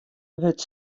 wurdt